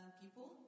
people